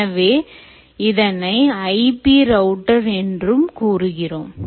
எனவே இதனைIP router என்று கூறுகிறோம்